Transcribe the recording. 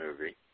movie